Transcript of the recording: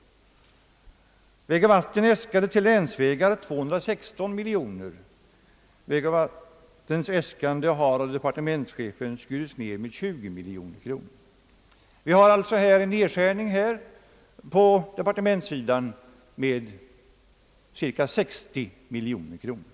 För länsvägar äskade vägoch vattenbyggnadsstyrelsen ett anslag på 216 miljoner kronor, vilket av departementschefen har skurits ned med 20 miljoner kronor. Departementschefen har alltså gjort nedskärningar med cirka 60 miljoner kronor.